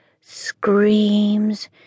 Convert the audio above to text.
screams